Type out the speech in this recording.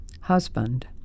husband